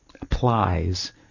applies